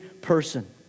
person